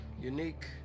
unique